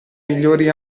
migliori